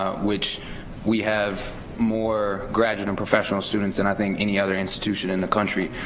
ah which we have more graduate and professional students than i think any other institution in the country,